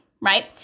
right